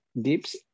Dips